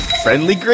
Friendly